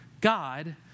God